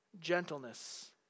Gentleness